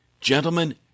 Gentlemen